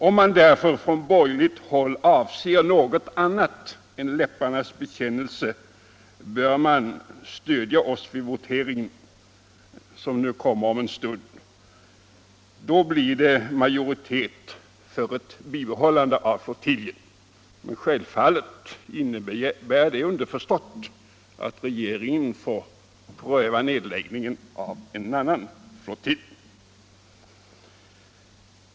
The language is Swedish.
Om man på borgerligt håll avser något annat än bara läpparnas bekännelse, bör man därför stödja oss vid voteringen, som kommer om en stund. Då blir det majoritet för ett bibehållande av flottiljen. Självfallet innebär detta underförstått att regeringen får pröva nedläggningen av en annan flottilj.